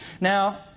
Now